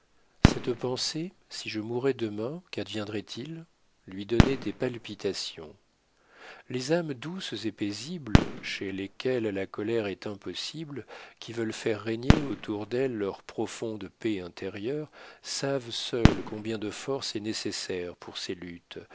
cette pensée si je mourais demain quadviendrait il lui donnait des palpitations les âmes douces et paisibles chez lesquelles la colère est impossible qui veulent faire régner autour d'elles leur profonde paix intérieure savent seules combien de force est nécessaire pour ces luttes